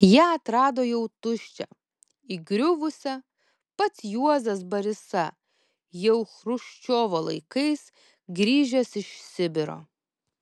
ją atrado jau tuščią įgriuvusią pats juozas barisa jau chruščiovo laikais grįžęs iš sibiro